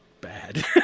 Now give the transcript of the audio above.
bad